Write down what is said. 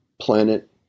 planet